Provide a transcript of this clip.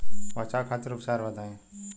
बचाव खातिर उपचार बताई?